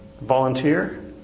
Volunteer